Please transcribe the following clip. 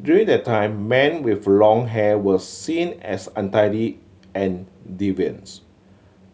during that time men with long hair were seen as untidy and deviants